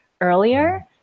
earlier